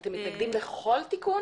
--- אתם מתנגדים לכל תיקון?